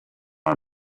are